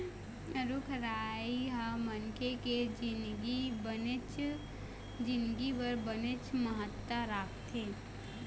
रूख राई ह मनखे के जिनगी बर बनेच महत्ता राखथे